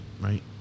right